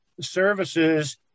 services